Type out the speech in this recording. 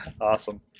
Awesome